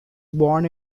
born